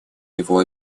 него